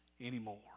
anymore